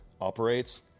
operates